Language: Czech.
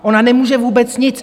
Ona nemůže vůbec nic.